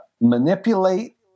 manipulate